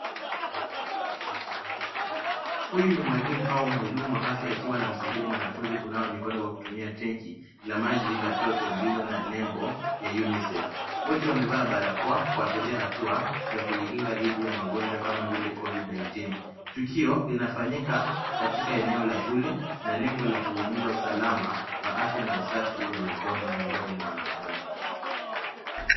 Huyu ni mwalimu au mhudumu wa afya akiwa anamzaidia mwanafunzi kunawa mikono akitumia tenki la maji la toto lililo na nembo ya unicef ,wote wamevaa barakoa kuashiria hatua na kujikinga dithi ya magonjwa kama vile covid 19 tukio inafanyika katika eneola shule na lengo la kuhimisa usalama wa afya na usafi mikono wa miongoni mwa wanafunzi.